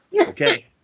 okay